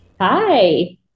Hi